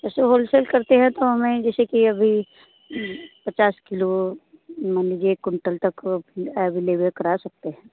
ऐसे होलसेल करते हैं तो हमें जैसे कि अभी भी पचास किलो मान लीजिए एक क्विंटल तक अवेलेबल करा सकते हैं